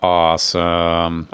awesome